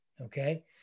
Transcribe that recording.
okay